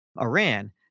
Iran